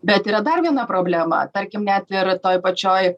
bet yra dar viena problema tarkim net ir toj pačioj